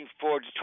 forward